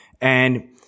and-